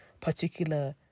particular